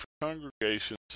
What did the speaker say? Congregations